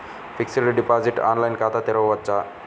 Fixed deposit online ఖాతా తెరువవచ్చా?